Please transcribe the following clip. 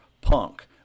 Punk